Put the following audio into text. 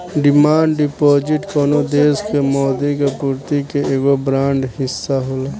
demand deposit कवनो देश के मौद्रिक आपूर्ति के एगो बड़ हिस्सा होला